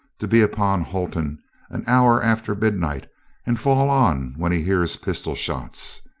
to be upon holton an hour after midnight and fall on when he hears pistol shots.